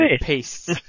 paste